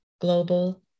global